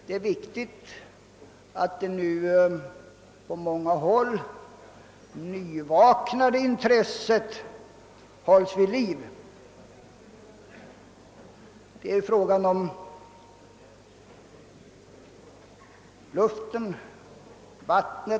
Det är viktigt att detta på många håll nyvaknade intresse för miljövårdsfrågorna hålles vid liv.